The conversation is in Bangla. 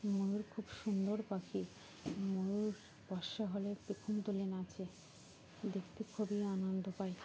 ময়ূর খুব সুন্দর পাখি ময়ূর বষা হলে পেখম দুলে নাচে দেখতে খুবই আনন্দ পাই